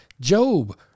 Job